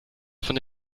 von